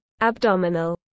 abdominal